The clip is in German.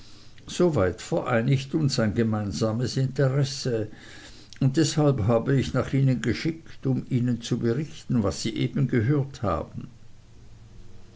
so weit vereinigt uns ein gemeinsames interesse und deshalb habe ich nach ihnen geschickt um ihnen zu berichten was sie eben gehört haben